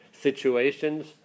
situations